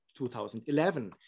2011